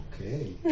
Okay